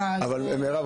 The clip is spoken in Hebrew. לבדוק.